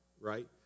right